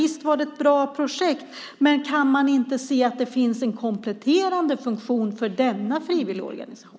Visst var det ett bra projekt, men kan man inte se att det finns en kompletterande funktion för denna frivilliga organisation?